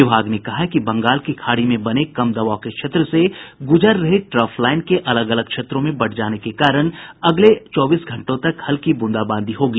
विभाग ने कहा है कि बंगाल की खाड़ी में बने कम दबाव के क्षेत्र से गुजर रही ट्रफ लाईन के अलग अलग क्षेत्रों में बंट जाने के कारण अगले चौबीस घंटों तक हल्की ब्रंदाबांदी होगी